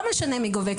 לא משנה מי גובה.